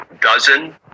dozen